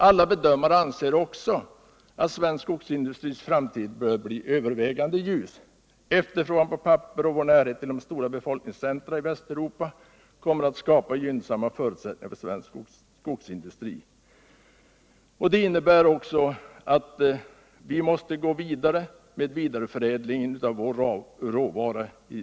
Alla bedömare anser också att svensk skogsindustris framtid bör bli övervägande ljus. Efterfrågan på papper och vår närhet till de stora befolkningscentra i Västeuropa kommer att skapa gynnsamma förutsättningar för svensk skogsindustri. Det innebär också att vi i det här landet måste gå vidare med vidareförädling av vår råvara.